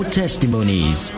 testimonies